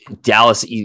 Dallas